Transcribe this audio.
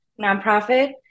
nonprofit